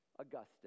Augustus